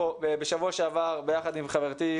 בשבוע שעבר סיירתי בעיר יחד עם חברתי,